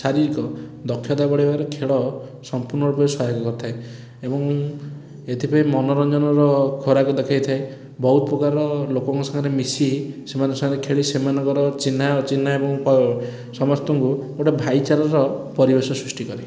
ଶାରୀରିକ ଦକ୍ଷତା ବଢ଼ାଇବାରେ ଖେଳ ସମ୍ପୂର୍ଣ୍ଣ ରୂପେ ସହାୟକ କରିଥାଏ ଏବଂ ଏଥିପାଇଁ ମନୋରଞ୍ଜନର ଖୋରାକି ଦେଖେଇଥାଏ ବହୁତ ପ୍ରକାର ଲୋକଙ୍କ ସାଙ୍ଗରେ ମିଶି ସେମାନଙ୍କ ସାଙ୍ଗରେ ଖେଳି ସେମାନଙ୍କର ଚିହ୍ନା ଅଚିହ୍ନା ଏବଂ ପ ସମସ୍ତଙ୍କୁ ଗୋଟେ ଭାଇଚାରାର ପରିବେଶ ସୃଷ୍ଟି କରେ